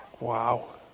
Wow